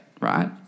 right